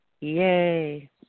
Yay